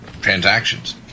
transactions